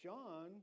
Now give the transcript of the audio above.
John